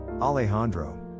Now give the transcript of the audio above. Alejandro